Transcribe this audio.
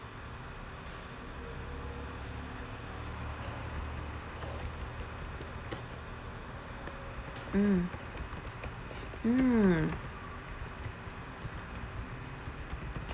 mm mm